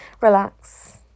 Relax